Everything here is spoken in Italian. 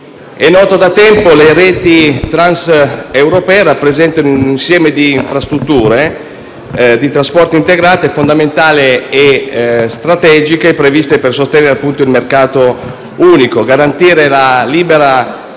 è noto da tempo, le reti transeuropee rappresentano un insieme di infrastrutture di trasporto integrate, fondamentali e strategiche previste per sostenere il mercato unico, garantire la libera